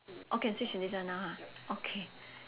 oh can switch to this one now ha okay